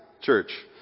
church